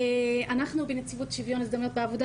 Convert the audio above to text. אנחנו בנציבות שוויון הזדמנויות בעבודה